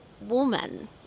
woman